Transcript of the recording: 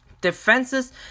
Defenses